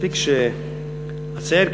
מספיק שאציין,